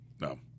No